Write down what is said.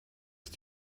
ist